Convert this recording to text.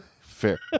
Fair